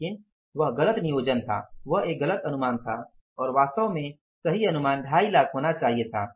लेकिन वह गलत नियोजन था वह एक गलत अनुमान था और वास्तव में सही अनुमान 25 लाख होना चाहिए था